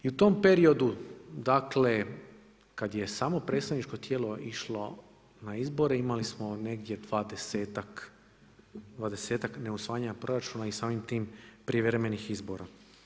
I u tom periodu dakle kada je samo predstavničko tijelo išlo na izbore imali smo negdje 20-ak neusvajanja proračuna i samim time privremenih izbora.